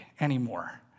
anymore